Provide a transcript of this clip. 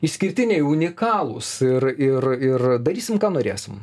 išskirtiniai unikalūs ir ir ir darysim ką norėsim